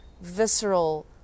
visceral